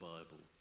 Bible